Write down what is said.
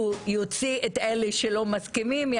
שהוא יוציא את אלה שלא מסכימים,